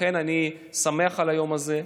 לכן אני שמח על היום הזה,